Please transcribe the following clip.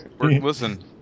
Listen